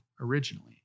originally